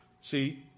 See